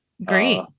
Great